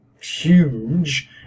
huge